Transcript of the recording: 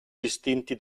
distinti